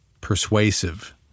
persuasive